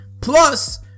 Plus